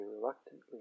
reluctantly